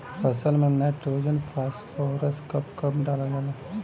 फसल में nitrogen phosphorus कब कब डालल जाला?